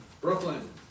Brooklyn